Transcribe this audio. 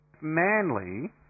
manly